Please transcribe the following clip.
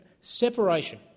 Separation